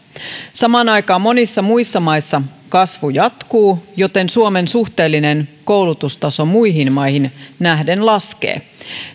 samaan aikaan monissa muissa maissa kasvu jatkuu joten suomen suhteellinen koulutustaso muihin maihin nähden laskee